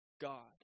God